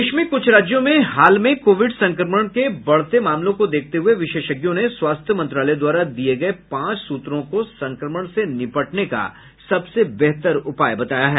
देश में कुछ राज्यों में हाल में कोविड संक्रमण के बढ़ते मामलों को देखते हुए विशेषज्ञों ने स्वास्थ्य मंत्रालय द्वारा दिये गये पांच सूत्रों को संक्रमण से निपटने का सबसे बेहतर उपाय बताया है